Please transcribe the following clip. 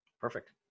Perfect